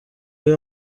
های